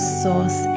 source